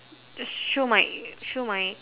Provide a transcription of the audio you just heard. just show my show my